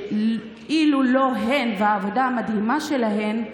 שאילולא הן והעבודה המדהימה שלהן,